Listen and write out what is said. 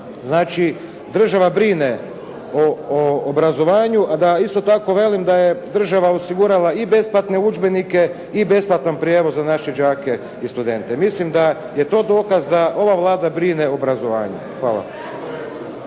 Znači, država brine o obrazovanju, a da isto tako velim da je država osigurala i besplatne udžbenike i besplatan prijevoz za naše đake i studente. Mislim da je to dokaz da ova Vlada brine o obrazovanju. Hvala.